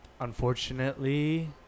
Unfortunately